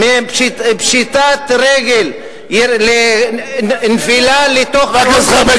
פשיטת רגל, נפילה לתוך, תסביר לנו.